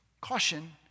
Caution